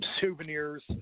souvenirs